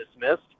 dismissed